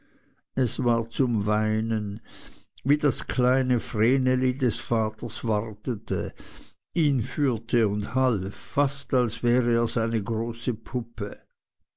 es war zum weinen wie das kleine vreneli des vaters wartete ihn führte und half fast als wäre er eine große puppe